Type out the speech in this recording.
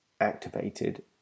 activated